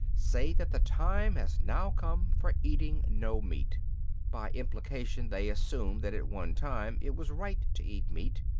say that the time has now come for eating no meat by implication they assume that at one time it was right to eat meat,